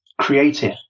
creative